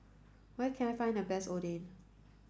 where can I find the best Oden